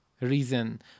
reason